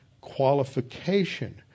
qualification